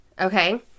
Okay